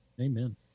Amen